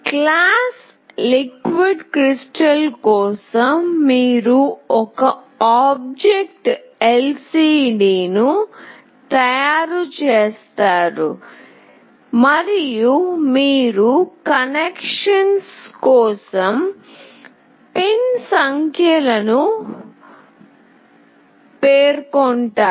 class liquid crystal కోసం మీరు ఒక వస్తువు lcd ను తయారు చేస్తారు మరియు మీరు కనెక్షన్ కోసం పిన్ సంఖ్యలను పేర్కొంటారు